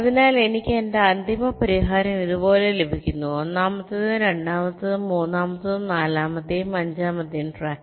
അതിനാൽ എനിക്ക് എന്റെ അന്തിമ പരിഹാരം ഇതുപോലെ ലഭിക്കുന്നു ഒന്നാമത്തേതും രണ്ടാമത്തേതും മൂന്നാമത്തേതും നാലാമത്തെയും അഞ്ചാമത്തെയും ട്രാക്ക്